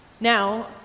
Now